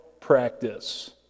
practice